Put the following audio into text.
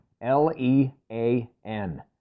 L-E-A-N